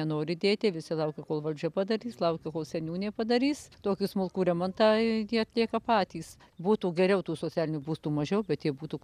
nenori dėti visi laukia kol valdžia padarys laukia kol seniūnė padarys tokį smulkų remontą jie atlieka patys būtų geriau tų socialinių būstų mažiau bet jie būtų